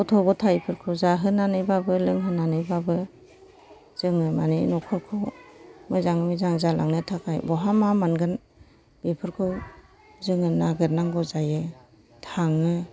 गथ' गथाइफोरखौ जाहोनानैबाबो लोंहोनानैबाबो जोङो माने नखरखौ मोजाङै मोजां जालांनो थाखाय बहा मा मोनगोन बेफोरखौ जोङो नागिरनांगौ जायो थाङो